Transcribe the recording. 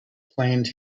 planned